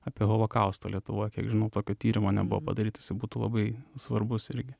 apie holokaustą lietuvoj kiek žinau tokio tyrimo nebuvo padaryta jisai būtų labai svarbus irgi